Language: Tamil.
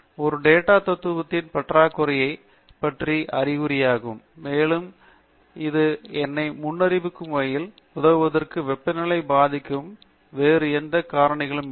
இது டேட்டா தத்துவத்தின் பற்றாக்குறை பற்றிய அறிகுறியாகும் மேலும் இது என்னை முன்னறிவிக்கும் வகையில் உதவுவதற்கு வெப்பநிலையை பாதிக்கும் வேறு எந்த காரணிகளும் இல்லை